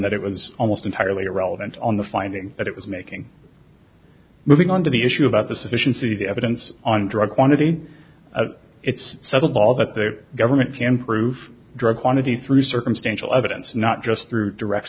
that it was almost entirely irrelevant on the finding that it was making moving on to the issue about the sufficiency of the evidence on drug quantity it's settled law that the government can prove drug quantity through circumstantial evidence not just through direct